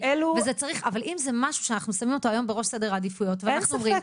אבל אם זה משהו שאנחנו שמים אותו היום בראש סדר העדיפויות וכך אומרים,